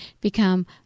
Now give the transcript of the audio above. become